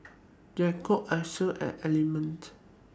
Jacob's Asos and Element